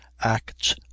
Acts